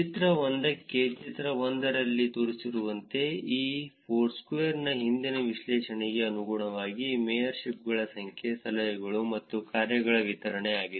ಚಿತ್ರ 1 ಕ್ಕೆ ಚಿತ್ರ 1 ರಲ್ಲಿ ತೋರಿಸಿರುವಂತೆ ಮತ್ತು ಫೋರ್ಸ್ಕ್ವೇರ್ನ ಹಿಂದಿನ ವಿಶ್ಲೇಷಣೆಗೆ ಅನುಗುಣವಾಗಿ ಮೇಯರ್ಶಿಪ್ಗಳ ಸಂಖ್ಯೆ ಸಲಹೆಗಳು ಮತ್ತು ಕಾರ್ಯಗಳ ವಿತರಣೆ ಆಗಿದೆ